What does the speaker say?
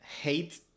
hate